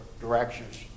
directions